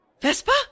Vespa